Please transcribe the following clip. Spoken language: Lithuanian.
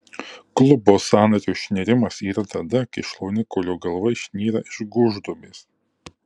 klubo sąnario išnirimas yra tada kai šlaunikaulio galva išnyra iš gūžduobės